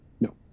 No